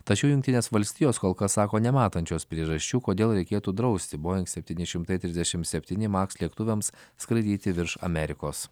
tačiau jungtinės valstijos kol kas sako nematančios priežasčių kodėl reikėtų drausti boeing septyni šimtai trisdešimt septyni maks lėktuvams skraidyti virš amerikos